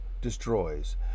destroys